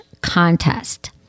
contest